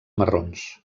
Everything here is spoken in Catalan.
marrons